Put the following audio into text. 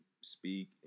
speak